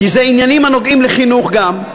כי זה עניינים הנוגעים בחינוך גם,